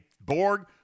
Borg